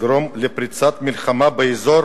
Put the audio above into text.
תגרום לפריצת מלחמה באזור